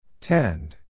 Tend